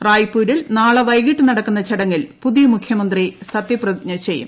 റായ്പൂരിൽ നാളെ വൈകിട്ട് നടക്കുന്ന ചടങ്ങിൽ പുതിയ മുഖ്യമന്ത്രി സത്യപ്രതിജ്ഞ ചെയ്യും